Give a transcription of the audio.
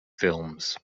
films